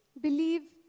believe